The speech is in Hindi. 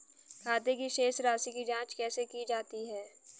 खाते की शेष राशी की जांच कैसे की जाती है?